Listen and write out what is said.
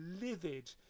livid